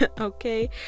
okay